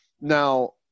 Now